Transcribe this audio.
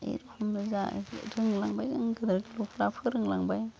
बे रखमबो रोंलांबाय जों गोदोरफ्रा फोरोंलांबाय